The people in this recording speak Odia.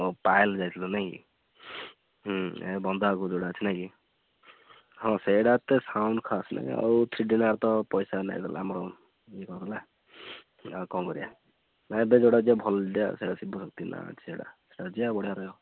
ଓ ପାୟଲ ଯାଇଥିଲୁ ନେଇକି ହୁଁ ଏ ବନ୍ଧ ଆଗକୁ ଯୋଉଟା ଅଛି ନେଇକି ହଁ ସେଇଟା ଏତେ ସାଉଣ୍ଡ୍ ଖାସ୍ ନାଇ ଆଉ ଥ୍ରୀଡ଼ିଟା ତ ପଇସା ନେଇଗଲା ଆମର ଇଏ କରିଦେଲା ଆଉ କଣ କରିବାନାଇ ଏବେ ଯୋଉଟା ଯିବା ଭଲ ଶିବଶକ୍ତି ନାଁ ଅଛି ସେଇଟା ସେଟା ଯିବା ବଢ଼ିଆ ରହିବ